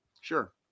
Sure